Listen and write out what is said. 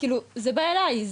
זה בא אליי,